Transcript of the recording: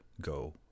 go